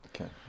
okay